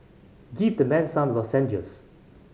give the man some lozenges